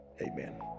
amen